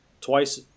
twice